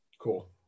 cool